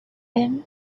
him